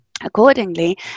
accordingly